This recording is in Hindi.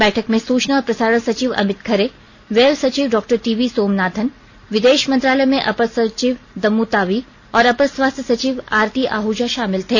बैठक में सूचना और प्रसारण सचिव अमित खरे व्यय सचिव डॉक्टर टीवी सोमनाथन विदेश मंत्रालय में अपर सचिव दम्मू तावी और अपर स्वास्थ्य सचिव आरती आहूजा शामिल थे